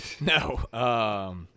No